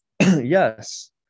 Yes